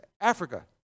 Africa